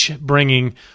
bringing